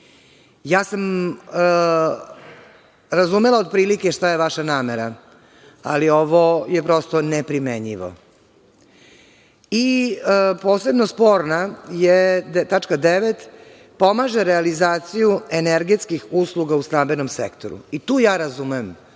Ja sam razumela otprilike šta je vaša namera, ali ovo je prosto neprimenljivo. Posebno sporna je tačka 9) – pomaže realizaciju energetskih usluga u stambenom sektoru. Tu ja razumem